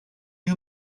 you